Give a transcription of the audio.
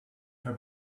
her